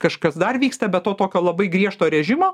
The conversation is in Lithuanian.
kažkas dar vyksta be to tokio labai griežto režimo